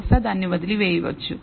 బహుశా దాన్ని వదిలి వేయవచ్చు